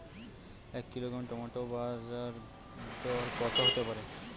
এক kilogram tomato বাজের দরকত হতে পারে?